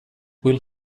will